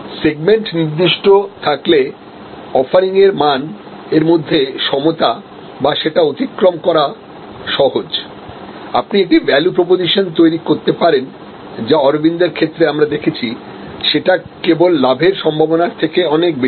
segment নির্দিষ্ট থাকলেঅফারিং এর মান এর মধ্যে সমতা বা সেটা অতিক্রম করা সহজ আপনি একটি ভ্যালু প্রপোজিশন তৈরি করতে পারেন যা অরবিন্দের ক্ষেত্রে আমরা দেখেছি যেটা কেবল লাভের সম্ভাবনার থেকে অনেক বেশি